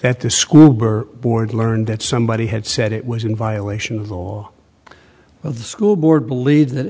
that the school board learned that somebody had said it was in violation of the school board believed that